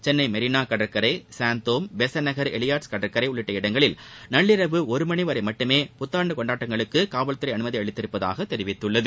சென்னை மெரினா கடற்கரை சாந்தோம் பெசண்ட்நகர் எலியட்ஸ் கடற்கரை உள்ளிட்ட இடங்களில் நள்ளிரவு ஒருமணி வரை மட்டும் புத்தாண்டு கொண்டாட்டங்களுக்கு காவல்துறை அனுமதி அளித்துள்ளதாக தெரிவித்துள்ளது